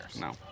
No